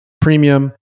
premium